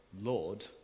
Lord